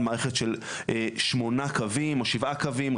מערכת של שמונה קווים או שבעה קווים,